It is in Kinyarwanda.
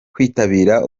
kwitabira